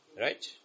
Right